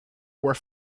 were